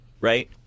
right